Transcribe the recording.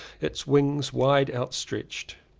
its wings wide out stretched.